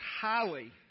highly